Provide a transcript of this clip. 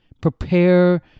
Prepare